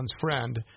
friend